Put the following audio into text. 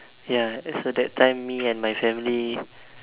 ya as for that time me and my family